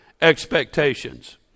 expectations